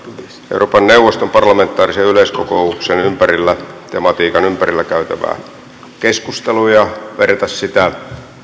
euroopan neuvoston parlamentaarisen yleiskokouksen tematiikan ympärillä käytävää keskustelua verrata sitä